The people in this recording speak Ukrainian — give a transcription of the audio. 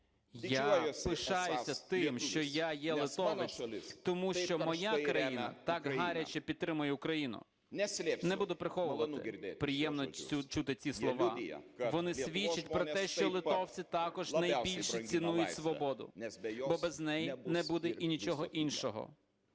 я пишаюся тим, що я є литовець тому що моя країна так гаряче підтримує Україну. Не буду приховувати, приємно чути ці слова, вони свідчать про те, що литовці також найбільше цінують свободу, бо без неї не буде і нічого іншого.